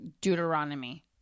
Deuteronomy